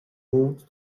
moved